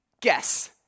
Guess